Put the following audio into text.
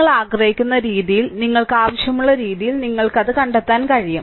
നിങ്ങൾ ആഗ്രഹിക്കുന്ന രീതിയിൽ നിങ്ങൾക്കാവശ്യമുള്ള രീതിയിൽ നിങ്ങൾക്ക് അത് കണ്ടെത്താൻ കഴിയും